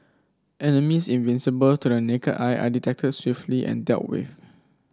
enemies invisible to the naked eye are detected swiftly and dealt with